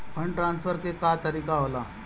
Fund transfer के का तरीका होला?